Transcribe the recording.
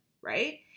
right